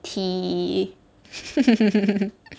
tea